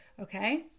okay